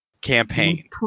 campaign